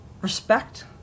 respect